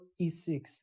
E6